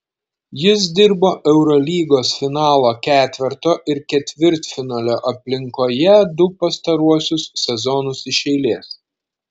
jis dirbo eurolygos finalo ketverto ir ketvirtfinalio aplinkoje du pastaruosius sezonus iš eilės